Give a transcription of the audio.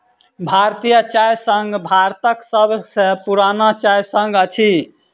भारतीय चाय संघ भारतक सभ सॅ पुरान चाय संघ अछि